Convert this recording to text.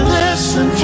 listen